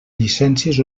llicències